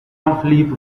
philippe